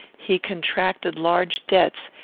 he contracted large debts,